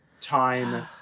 time